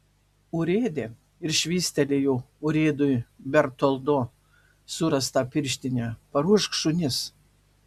urėde ir švystelėjo urėdui bertoldo surastą pirštinę paruošk šunis